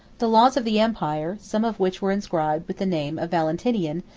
the laws of the empire, some of which were inscribed with the name of valentinian,